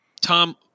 Tom